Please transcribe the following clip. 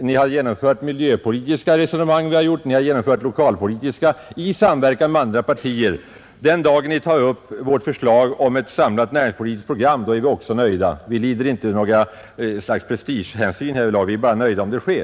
Ni har genomfört miljöpolitiska och lokaliseringspolitiska förslag, som vi har väckt, i samverkan med andra partier. Den dag ni tar upp vårt förslag om ett samlat näringspolitiskt program är vi också nöjda. Vi lider inte av något slags prestigehänsyn härvidlag. Vi är nöjda bara någonting sker.